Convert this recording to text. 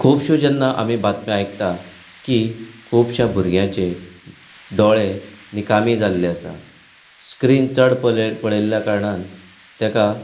खुबशो जेन्ना आमी बातम्यो आयकता की खुबशा भुरग्यांचे दोळे निकामी जाल्ले आसा स्क्रीन चल चड पळय पळयल्ल्या कारणान ताका